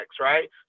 right